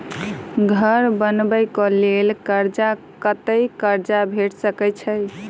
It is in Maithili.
घर बनबे कऽ लेल कर्जा कत्ते कर्जा भेट सकय छई?